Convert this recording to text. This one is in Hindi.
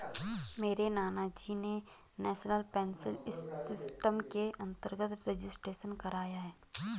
मेरे नानाजी ने नेशनल पेंशन सिस्टम के अंतर्गत रजिस्ट्रेशन कराया है